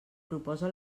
proposa